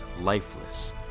lifeless